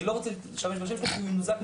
אני לא רוצה להשתמש בשם שלו כי הוא יינזק.